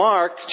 Mark